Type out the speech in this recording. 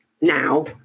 now